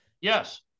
Yes